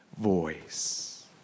voice